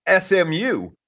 SMU